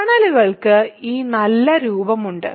കേർണലുകൾക്ക് ഈ നല്ല രൂപം ഉണ്ട്